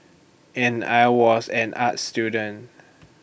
and I was an arts student